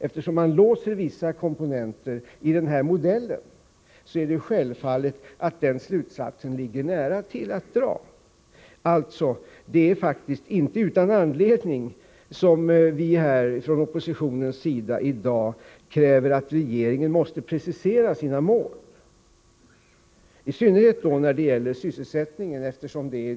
Eftersom regeringen låser vissa komponenter i den här modellen, är det självklart att det ligger nära till hands att dra den slutsatsen. Det är således faktiskt inte utan anledning som vi från oppositionens sida i dag kräver att regeringen skall precisera sina mål, i synnerhet när det gäller sysselsättningen.